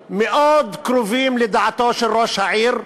קרובים מאוד לדעתו של ראש העיר.